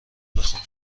بخونم